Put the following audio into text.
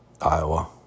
Iowa